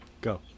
go